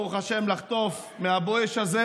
ברוך השם, לחטוף מהבואש הזה,